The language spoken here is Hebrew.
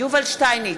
יובל שטייניץ,